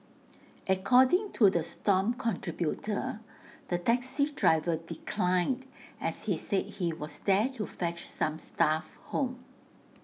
according to the stomp contributor the taxi driver declined as he said he was there to fetch some staff home